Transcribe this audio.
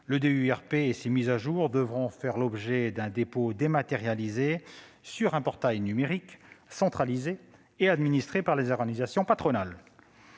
le DUERP et ses mises à jour devront faire l'objet d'un dépôt dématérialisé sur un portail numérique centralisé et administré par les organisations patronales.